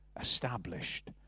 established